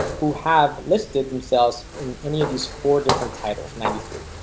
who have listed themselves in any of these four different titles. ninety three.